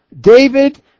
David